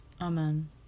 Amen